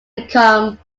income